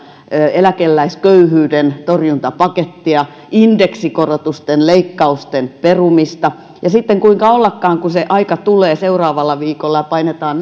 eläkeläisköyhyyden torjuntapakettia indeksikorotusten leikkausten perumista ja sitten kuinka ollakaan kun se aika tulee kun seuraavalla viikolla painetaan